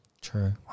True